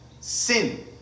Sin